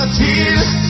tears